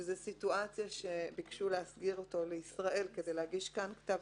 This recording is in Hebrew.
זאת סיטואציה שביקשו להסגיר אותו לישראל כדי להגיש כאן כתב